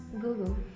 Google